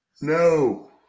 no